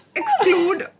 exclude